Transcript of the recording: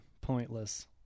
pointless